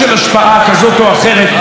על מדיניות החוץ והביטחון.